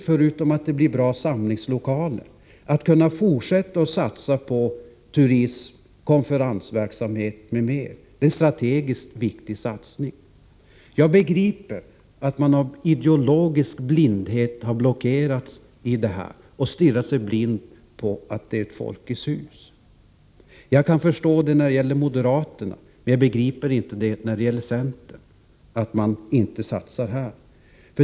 Förutom att vi får en bra samlingslokal är det fråga om att kunna fortsätta att satsa på turism, konferensverksamhet, m.m. Det är en strategiskt viktig satsning. Jag begriper att moderaterna blockerats av sin ideologi och stirrar sig blinda på att det är ett Folkets hus. Men jag begriper inte att centern inte vill satsa här.